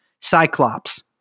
Cyclops